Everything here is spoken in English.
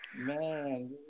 man